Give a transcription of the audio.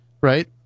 right